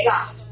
God